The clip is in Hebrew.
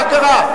מה קרה?